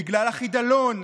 בגלל החידלון,